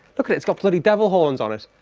look at it's got plenty devil horns on it!